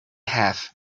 half